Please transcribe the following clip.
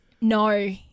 no